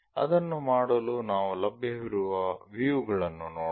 ಅದನ್ನು ಮಾಡಲು ನಾವು ಲಭ್ಯವಿರುವ ವ್ಯೂ ಗಳನ್ನು ನೋಡೋಣ